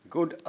Good